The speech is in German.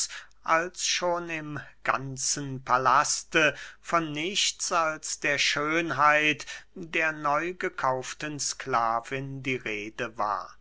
als schon im ganzen palaste von nichts als der schönheit der neu gekauften sklavin die rede war